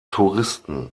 touristen